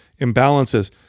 imbalances